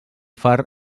far